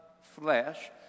flesh